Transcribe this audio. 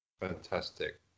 Fantastic